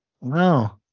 Wow